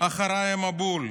"אחריי המבול".